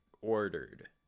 ordered